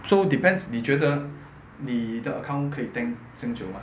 so depends 你觉得你的 account 可以 tank 这么久 mah